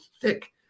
thick